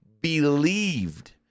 believed